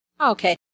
Okay